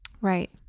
right